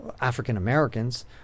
African-Americans